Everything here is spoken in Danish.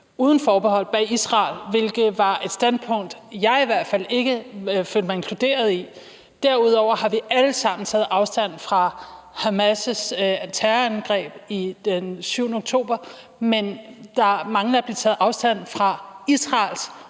uden forbehold stod bag Israel, hvilket var et standpunkt, jeg i hvert fald ikke følte mig inkluderet i. Derudover har vi alle sammen taget afstand fra Hamas' terrorangreb den 7. oktober, men der mangler at blive taget afstand fra Israels